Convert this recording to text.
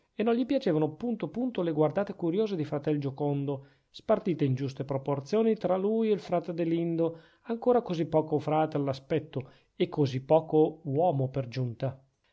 e non gli piacevano punto punto le guardate curiose di fratel giocondo spartite in giuste proporzioni tra lui e frate adelindo ancora così poco frate all'aspetto e così poco uomo per giunta